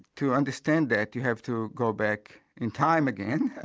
to understand that you have to go back in time again,